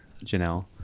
janelle